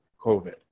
COVID